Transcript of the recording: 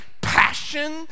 passion